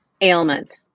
ailment